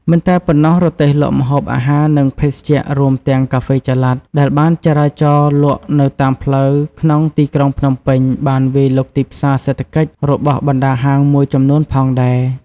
មិនតែប៉ុណ្ណោះ រទេះលក់ម្ហូបអាហារ និងភេសជ្ជៈ រួមទាំងកាហ្វេចល័ត ដែលបានចរាចរណ៍លក់នៅតាមផ្លូវក្នុងទីក្រុងភ្នំពេញបានវាយលុកទីផ្សារសេដ្ឋកិច្ចរបស់បណ្តាហាងមួយចំនួនផងដែរ